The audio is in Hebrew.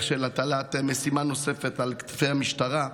של הטלת משימה נוספת על כתפי המשטרה,